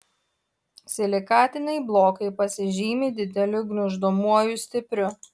silikatiniai blokai pasižymi dideliu gniuždomuoju stipriu